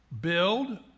build